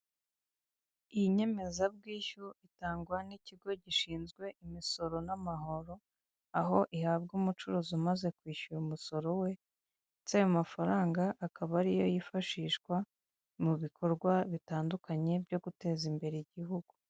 Iyi nyemezabwishyu itangwa n'ikigo gishinzwe imisoro n'amahoro aho ihabwa umucuruzi umaze kwishyura umusoro we, ndetse ayo mafaranga akaba ariyo yifashishwa mu bikorwa bitandukanye byo guteza imbere igihugu.